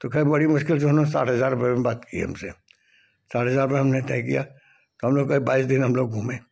तो खैर बड़ी मुश्किल से उन्होंने साठ हज़ार रुपये में बात की है हमसे साठ हज़ार रुपये हमने तय किया हम लोग कहे बाईस दिन हम लोग घुमें